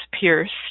pierced